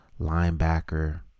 linebacker